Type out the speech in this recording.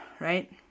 right